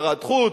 שרת חוץ,